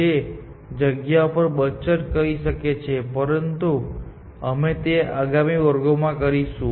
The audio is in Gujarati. જે જગ્યાઓ પર બચત કરી શકે છે પરંતુ અમે તે આગામી વર્ગમાં કરીશું